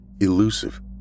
elusive